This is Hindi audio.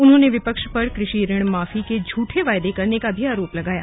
उन्होंने विपक्ष पर कृषि ऋण माफी के झूठे वादे करने का भी आरोप लगाया